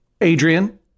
Adrian